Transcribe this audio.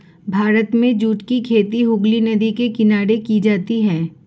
भारत में जूट की खेती हुगली नदी के किनारे की जाती है